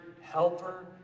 helper